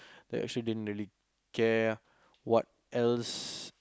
that you actually didn't actually care what else